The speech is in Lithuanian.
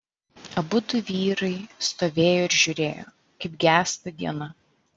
abudu vyrai stovėjo ir žiūrėjo kaip gęsta diena